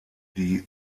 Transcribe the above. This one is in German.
die